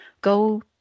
go